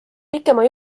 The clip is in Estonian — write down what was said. pikema